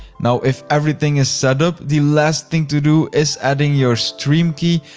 now if everything is set up, the last thing to do is add in your stream key,